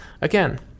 Again